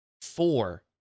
four